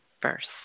first